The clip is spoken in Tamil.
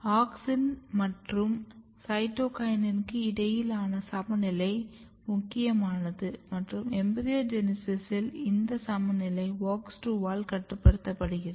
ஆக்ஸின் மற்றும் சைட்டோகினினுக்கு இடையிலான சமநிலை முக்கியமானது மற்றும் எம்பிரியோஜெனிசிஸ்ஸில் இந்த சமநிலை WOX 2 ஆல் கட்டுப்படுத்தப்படுகிறது